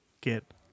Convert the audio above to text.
get